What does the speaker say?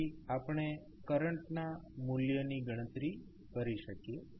તેથી આપણે કરંટના મૂલ્યની ગણતરી કરી શકીએ